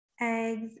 eggs